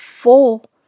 full